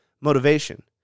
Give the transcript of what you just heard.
motivation